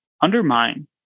undermine